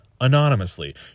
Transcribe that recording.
anonymously